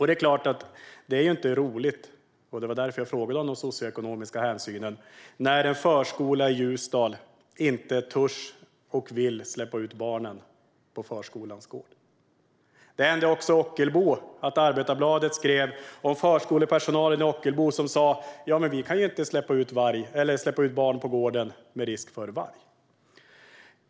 Det är klart att det inte är roligt - det var därför jag frågade om de socioekonomiska hänsynen - när en förskola i Ljusdal inte törs och vill släppa ut barnen på förskolans gård. Det hände också i Ockelbo. Arbetarbladet skrev om förskolepersonalen i Ockelbo som sa: Vi kan ju inte släppa ut barn på gården med risk för varg.